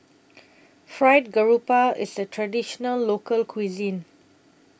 Fried Garoupa IS A Traditional Local Cuisine